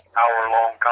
hour-long